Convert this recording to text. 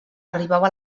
arribava